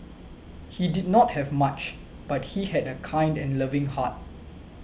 he did not have much but he had a kind and loving heart